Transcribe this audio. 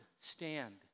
stand